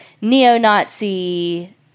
neo-Nazi